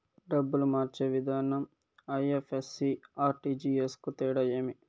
డబ్బులు మార్చే విధానం ఐ.ఎఫ్.ఎస్.సి, ఆర్.టి.జి.ఎస్ కు తేడా ఏమి?